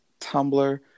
Tumblr